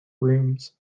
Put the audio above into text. rooms